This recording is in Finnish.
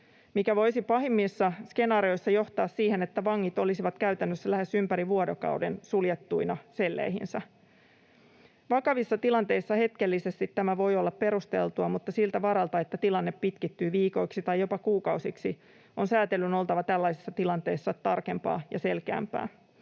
mikä voisi pahimmissa skenaarioissa johtaa siihen, että vangit olisivat käytännössä lähes ympäri vuorokauden suljettuina selleihinsä. Vakavissa tilanteissa tämä voi hetkellisesti olla perusteltua, mutta siltä varalta, että tilanne pitkittyy viikoiksi tai jopa kuukausiksi, on sääntelyn oltava tällaisissa tilanteissa tarkempaa ja selkeämpää.